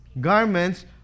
Garments